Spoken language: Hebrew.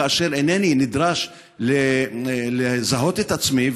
כאשר אינני נדרש לזהות את עצמי,